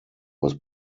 was